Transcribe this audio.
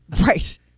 Right